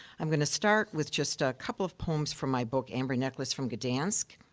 i'm going to start with just a couple of poems from my book amber necklace from gdansk.